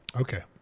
Okay